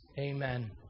Amen